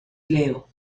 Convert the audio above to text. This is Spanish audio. leo